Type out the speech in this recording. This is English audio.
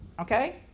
okay